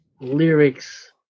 lyrics